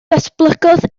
datblygodd